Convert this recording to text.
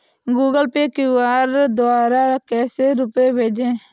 Google Pay QR द्वारा कैसे रूपए भेजें?